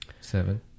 Seven